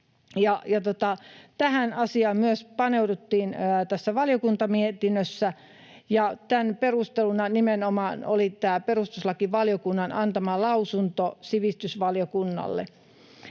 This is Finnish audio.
tähän asiaan paneuduttiin valiokuntamietinnössä, ja tämän perusteluna nimenomaan oli perustuslakivaliokunnan antama lausunto sivistysvaliokunnalle.